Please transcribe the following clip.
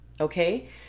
okay